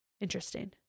Interesting